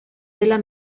della